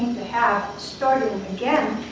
have starting at, again,